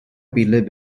believe